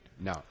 No